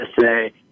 say